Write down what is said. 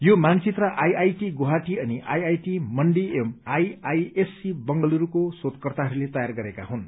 यो मानचित्र आइआइटी गुवाहाटी अनि आइआइटी मण्डी एवं आइआइएससी बंगलुरूको शोधकर्ताहरूले तयार गरेका हुन्